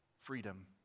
freedom